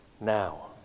now